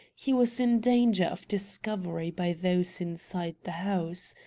he was in danger of discovery by those inside the house.